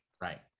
Right